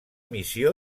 missió